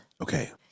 Okay